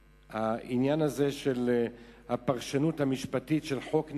שהעניין הזה של הפרשנות המשפטית של חוק נהרי,